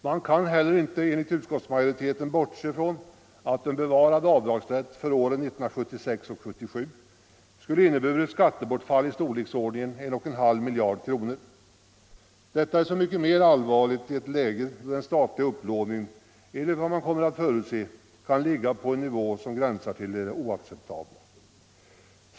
Man kan heller inte, enligt utskottsmajoriteten, bortse från att en bevarad avdragsrätt för åren 1976 och 1977 skulle ha inneburit skattebortfall i storleksordningen 1,5 miljarder kronor. Detta är så mycket mera allvarligt i ett läge där den statliga upplåningen, enligt vad man kan förutse, kommer att ligga på en nivå som gränsar till det oacceptabla.